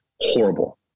horrible